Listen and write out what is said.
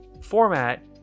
format